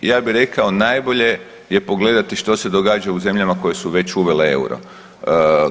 Ja bih rekao najbolje je pogledati što se događa u zemljama koje su već uvele EUR-o.